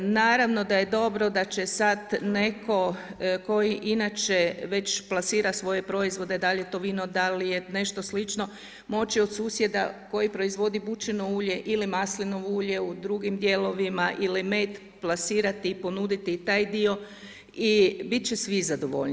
Naravno da je dobro da će sad netko koji inače već plasira svoje proizvode, dal je to vino, da li je to nešto slično, moći od susjeda koji proizvodi bučino ulje ili maslinovo ulje u drugim dijelovima ili med plasirati i ponuditi i taj dio i biti će svi zadovoljni.